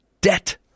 debt